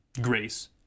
grace